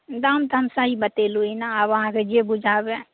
दाम तऽ हम सही बतेलहुँ हँ ने आब अहाँकेँ जे बुझाबे